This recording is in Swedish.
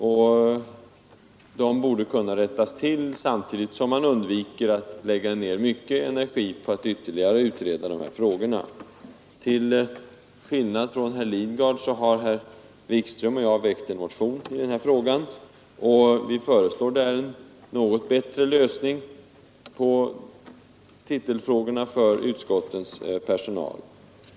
Dessa borde kunna rättas till, samtidigt som man undviker att lägga ned för mycken energi på att ytterligare utreda dessa frågor. Till skillnad från herr Lidgard har herr Wikström och jag väckt en motion i den här frågan, där vi föreslår en något bättre lösning på titelfrågorna för utskottens personal.